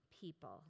people